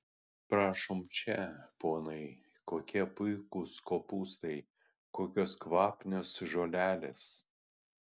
prašom čia ponai kokie puikūs kopūstai kokios kvapnios žolelės